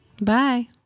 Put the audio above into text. Bye